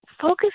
focus